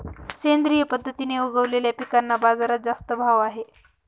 सेंद्रिय पद्धतीने उगवलेल्या पिकांना बाजारात जास्त भाव आहे